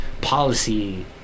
policy